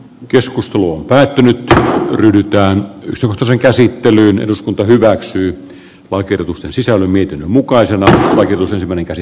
keskusteluun päätynyttä ryhdyttyään tuhkan käsittelyyn eduskunta hyväksyi lakiehdotuksen sisällön niiden mukaiselle länsi kansallispuiston perustamista